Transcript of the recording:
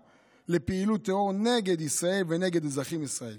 לפעילות טרור נגד ישראל ונגד אזרחים ישראלים.